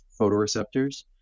photoreceptors